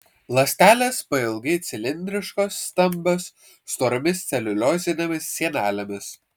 ląstelės pailgai cilindriškos stambios storomis celiuliozinėmis sienelėmis